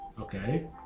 Okay